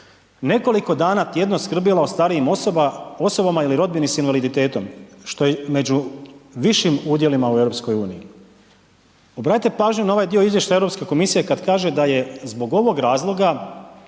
nekoliko dana tjedno skrbila o starijim osobama ili rodbini s invaliditetom, što je među višim udjelima u EU. Obratite pažnju na ovaj dio izvještaja Europske komisije kad kaže da je zbog ovog razloga